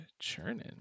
churning